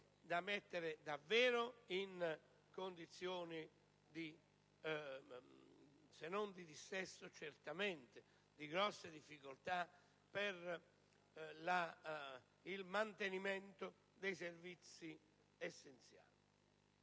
da mettere davvero in condizioni, se non di dissesto, certamente di grave difficoltà il mantenimento dei servizi essenziali.